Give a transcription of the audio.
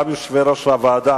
גם יושבי-ראש הוועדות,